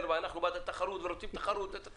- שהם בעד התחרות ורוצים תחרות וכולי,